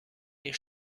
این